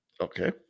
Okay